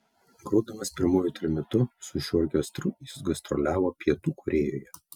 grodamas pirmuoju trimitu su šiuo orkestru jis gastroliavo pietų korėjoje